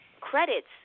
credits